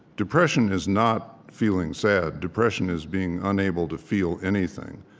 depression is not feeling sad depression is being unable to feel anything.